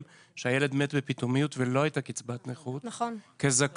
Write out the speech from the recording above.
שהילד מת בפתאומיות ולא הייתה קצבת נכות כזכאות